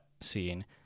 scene